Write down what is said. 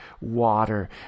water